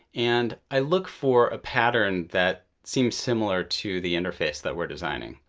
and i look for a pattern that seems similar to the interface that we're designing.